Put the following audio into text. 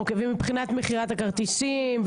אוקיי, ומבחינת מכירת הכרטיסים?